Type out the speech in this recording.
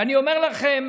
ואני אומר לכם,